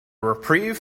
reprieve